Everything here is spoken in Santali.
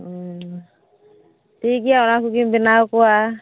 ᱴᱷᱤᱠ ᱜᱮᱭᱟ ᱚᱱᱟ ᱠᱚᱜᱮᱧ ᱵᱮᱱᱟᱣ ᱟᱠᱚᱣᱟ